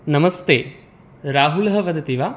नमस्ते राहुलः वदति वा